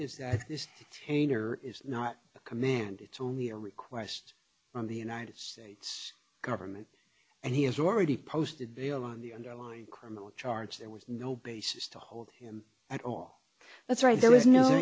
painter is not a command it's only a request from the united states government and he has already posted bail on the underlying criminal charge there was no basis to hold him at all that's right there was no